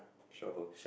shuffle